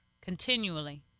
continually